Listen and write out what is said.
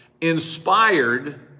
inspired